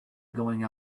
going